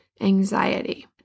anxiety